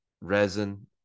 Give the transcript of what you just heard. Resin